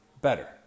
better